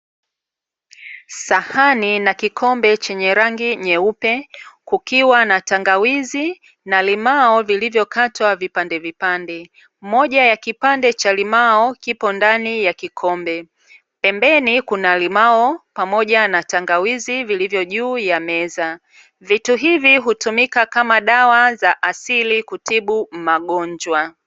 Sahani na kikombe chenye rangi nyeupe, kukiwa na tangawizi na limao vilivokatwa vipandevipande, moja ya kipande cha limao kipo ndani ya kikombe, pembeni kuna limao pamoja na tangawizi vilivyo juu ya meza, vitu hivi hutumika kama dawa za asili kutibu magonjwa.